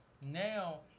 Now